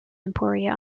emporia